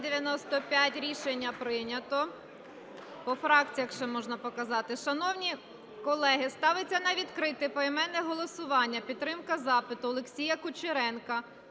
Рішення прийнято. По фракціях ще можна показати. Шановні колеги, ставиться на відкрите поіменне голосування підтримка запиту Олексія Кучеренка